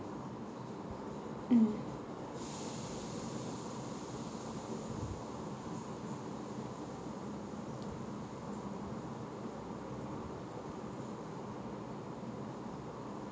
mm